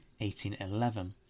1811